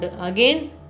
Again